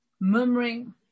murmuring